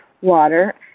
water